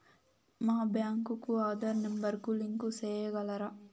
మా బ్యాంకు కు ఆధార్ నెంబర్ కు లింకు సేయగలరా?